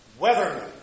weatherman